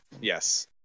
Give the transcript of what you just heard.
Yes